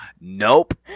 Nope